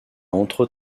entre